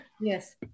Yes